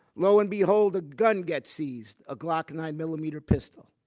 lo and behold, a gun gets seized, a glock nine milillimeter pistol.